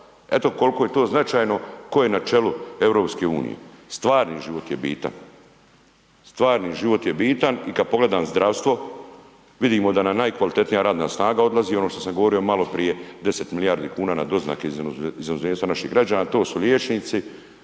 eto koliko je to značajno tko je na čelu EU. Stvarni život je bitan, stvarni život je bitan i kad pogledam zdravstvo vidimo da nam najkvalitetnija radna snaga odlazi, ono što sam govorio maloprije 10 milijardi kuna na doznake iz inozemstva naših građana to su liječnici,